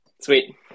sweet